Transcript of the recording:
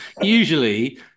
usually